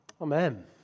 Amen